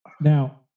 now